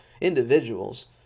individuals